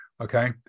Okay